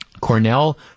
Cornell